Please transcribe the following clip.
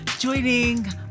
joining